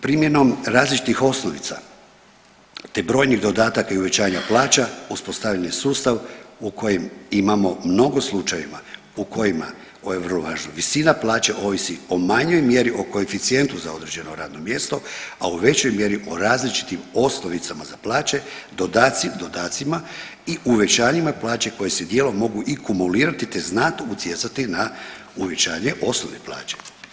Primjenom različitih osnovica te brojnih dodataka i uvećanja plaća uspostavljen je sustav u kojem imamo mnogo slučajeva u kojima, ovo je vrlo važno, visina plaće ovisi o manjoj mjeri o koeficijentu za određeno radno mjesto, a u većoj mjeri o različitim osnovicama za plaće, dodacima i uvećanjima plaće koje se dijelom mogu i kumulirati te znatno utjecati na uvećanje osnovne plaće.